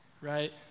right